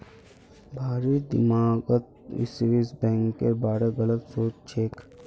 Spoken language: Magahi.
भारिर दिमागत स्विस बैंकेर बारे गलत सोच छेक